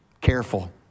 careful